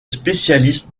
spécialiste